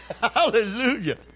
Hallelujah